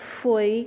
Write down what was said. foi